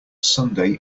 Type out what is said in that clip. sunday